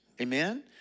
amen